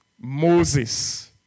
Moses